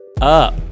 up